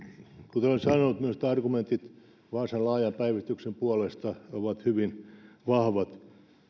kuten olen sanonut minusta argumentit vaasan laajan päivystyksen puolesta ovat hyvin vahvat